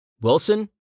Wilson